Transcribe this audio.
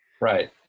Right